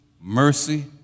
mercy